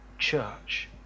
church